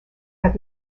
have